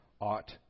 ought